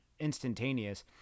instantaneous